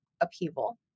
upheaval